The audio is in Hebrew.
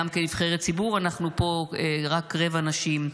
גם כנבחרת ציבור אנחנו פה רק רבע נשים.